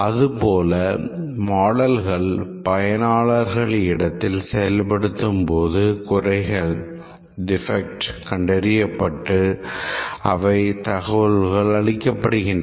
அதுபோல மாடல்கள் பயனாளர்களின் இடத்தில் செயல்படுத்தும்போது குறைகள் கண்டறியப்பட்டு அவை தகவல் அளிக்கப்படுகின்றன